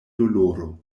doloro